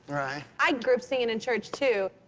right. i grew up singing in church, too.